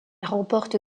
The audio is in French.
remporte